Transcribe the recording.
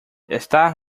está